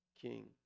king